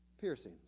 Piercings